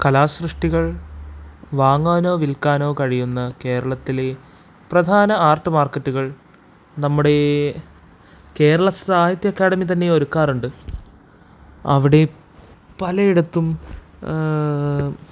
കലാസൃഷ്ടികൾ വാങ്ങാനോ വിൽക്കാനോ കഴിയുന്ന കേരളത്തിലെ പ്രധാന ആർട്ട് മാർക്കറ്റുകൾ നമ്മുടെ ഈ കേരളസാഹിത്യ അക്കാഡമി തന്നെ ഒരുക്കാറുണ്ട് അവിടെ പലയിടത്തും